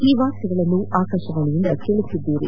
ಈ ವಾರ್ತೆಗಳನ್ನು ಆಕಾಶವಾಣೆಯಿಂದ ಕೇಳುತ್ತಿದ್ದೀರಿ